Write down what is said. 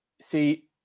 see